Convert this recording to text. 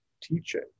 teaching